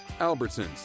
Albertsons